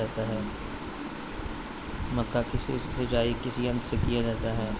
मक्का की सिंचाई किस यंत्र से किया जाता है?